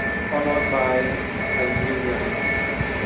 followed by algeria and egypt.